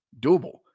doable